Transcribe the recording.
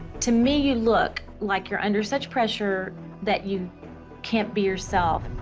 to me you look like you're under such pressure that you can't be yourself.